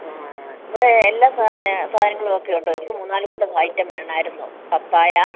ആ ആ ആ ഇവിടെ എല്ലാ സാധനം സാധങ്ങളും ഒക്കെ ഉണ്ട് എനിക്ക് മൂന്ന് നാല് കൂട്ടം വാങ്ങിക്കാൻ വേണമായിരുന്നു പപ്പായ